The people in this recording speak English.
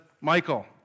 Michael